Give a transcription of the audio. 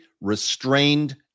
restrained